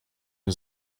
nie